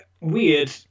Weird